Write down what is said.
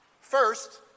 First